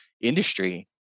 industry